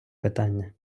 питання